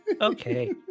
Okay